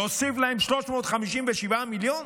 להוסיף להן 357 מיליון